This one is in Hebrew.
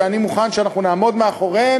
שאני מוכן שאנחנו נעמוד מאחוריהן,